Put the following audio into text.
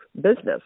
business